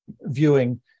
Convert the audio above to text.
viewing